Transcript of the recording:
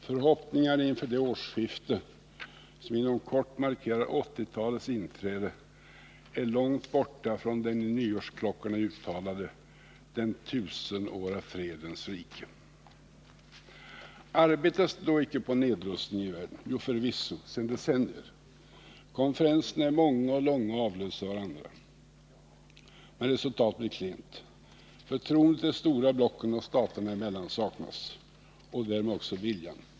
Förhoppningarna inför det årsskifte som inom kort markerar 80-talets inträde är långt borta från den i Nyårsklockorna uttalade förhoppningen om ”den tusenåra fredens rike”. Arbetas det då icke på nedrustning i världen? Jo, förvisso, sedan decennier. Konferenserna är många och långa och avlöser varandra, men resultatet blir klent. Förtroendet de stora blocken och staterna emellan saknas — och därmed också viljan.